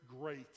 great